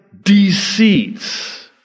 deceits